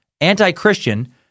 anti-Christian